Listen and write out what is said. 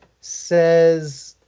says